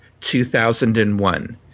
2001